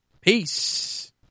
Peace